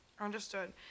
Understood